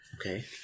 Okay